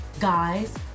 guys